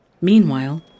meanwhile